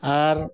ᱟᱨ